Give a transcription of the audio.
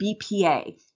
BPA